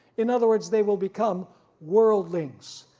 in other words they will become worldlings.